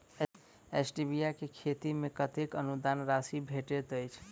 Stevia केँ खेती मे कतेक अनुदान राशि भेटैत अछि?